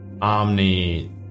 Omni